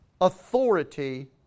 authority